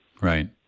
right